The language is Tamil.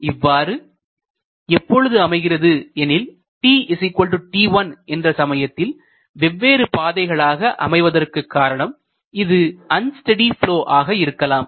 இவ்வாறு எப்பொழுது அமைகிறது எனில் tt1 என்ற சமயத்தில் வெவ்வேறு பாதைகளாக அமைவதற்குக் காரணம் இது அன் ஸ்டெடி ப்லொ ஆக இருக்கலாம்